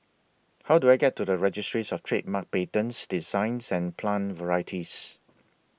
How Do I get to The Registries of Trademarks Patents Designs and Plant Varieties